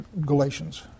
Galatians